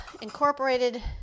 incorporated